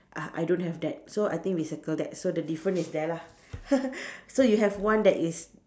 ah I don't have that so I think we circle that so the difference is there lah so you have one that is